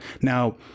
Now